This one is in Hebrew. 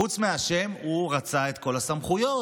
חוץ מהשם הוא רצה את כל הסמכויות,